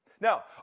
Now